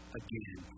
again